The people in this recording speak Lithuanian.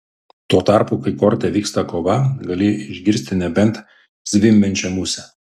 tuo tarpu kai korte vyksta kova gali išgirsti nebent zvimbiančią musę